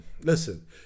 Listen